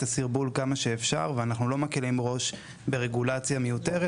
הסרבול כמה שאפשר ואנחנו לא מקלים ראש ברגולציה מיותרת,